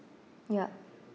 ya